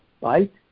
Right